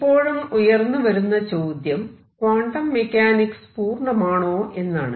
ഇപ്പോഴും ഉയർന്നു വരുന്ന ചോദ്യം ക്വാണ്ടം മെക്കാനിക്സ് പൂർണമാണോ എന്നാണ്